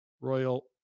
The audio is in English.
Royal